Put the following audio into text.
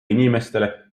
inimestele